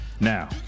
Now